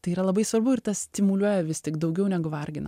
tai yra labai svarbu ir tas stimuliuoja vis tik daugiau negu vargina